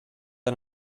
han